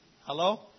Hello